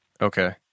Okay